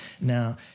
Now